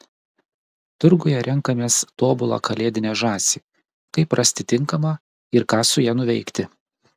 turguje renkamės tobulą kalėdinę žąsį kaip rasti tinkamą ir ką su ja nuveikti